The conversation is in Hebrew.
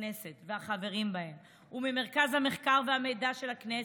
הכנסת והחברים בהן וממרכז המחקר והמידע של הכנסת.